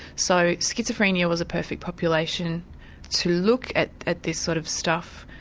so schizophrenia was a perfect population to look at at this sort of stuff,